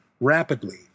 rapidly